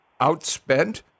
outspent